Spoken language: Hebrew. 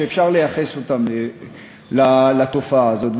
שאפשר לייחס אותם לתופעה הזאת.